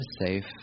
safe